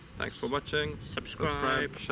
thanks for watching! subscribe,